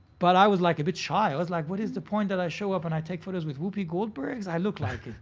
but i was like a bit shy. i was like, what is the point that i show up and i take photos with whoopi goldberg? cause i look like,